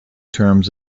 terms